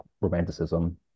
romanticism